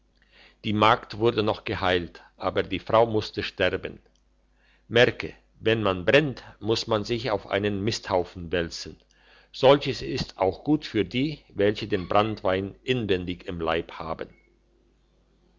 die magd wurde noch geheilt aber die frau musste sterben merke wenn man brennt muss man sich auf einem misthaufen wälzen solches ist auch gut für die welche den branntewein inwendig im leib haben